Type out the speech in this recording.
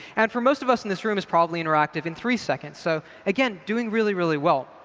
and for most of us in this room is probably interactive in three seconds. so again, doing really, really well.